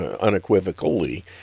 unequivocally